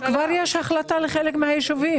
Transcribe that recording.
כבר יש החלטה בנוגע לחלק מהישובים.